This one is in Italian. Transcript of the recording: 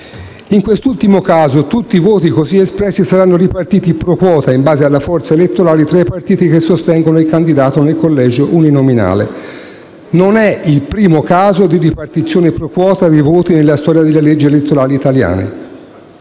In quest'ultimo caso tutti i voti così espressi saranno ripartiti *pro quota* (in base alla forza elettorale) tra i partiti che sostengono il candidato nel collegio uninominale. Non è il primo caso di ripartizione *pro quota* dei voti nella storia delle leggi elettorali italiane: